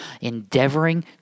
endeavoring